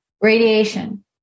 Radiation